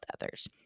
others